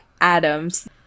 Adams